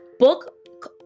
book